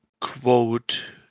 quote